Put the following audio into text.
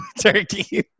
turkey